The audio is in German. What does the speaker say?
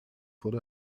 wurde